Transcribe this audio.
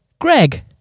Greg